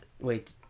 Wait